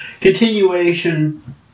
Continuation